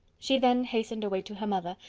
she then hastened away to her mother,